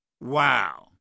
Wow